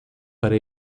para